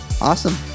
awesome